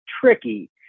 tricky